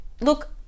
look